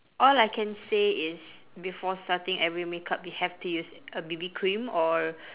all I can say is before starting every makeup you have to use a B_B cream or